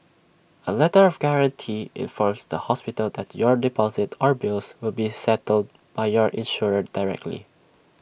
A letter of guarantee informs the hospital that your deposit or bills will be settled by your insurer directly